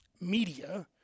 media